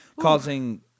causing